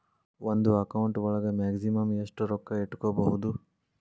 ಒಂದು ಅಕೌಂಟ್ ಒಳಗ ಮ್ಯಾಕ್ಸಿಮಮ್ ಎಷ್ಟು ರೊಕ್ಕ ಇಟ್ಕೋಬಹುದು?